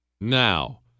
Now